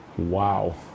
wow